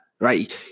right